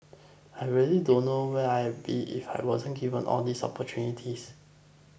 I really don't know where I'd be if I weren't given all these opportunities